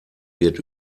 wird